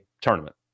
tournament